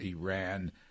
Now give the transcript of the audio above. Iran